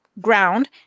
ground